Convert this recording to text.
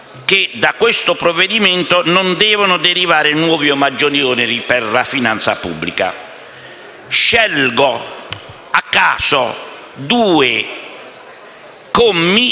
della presente legge non devono derivare nuovi o maggiori oneri per la finanza pubblica». Scelgo, a caso, due commi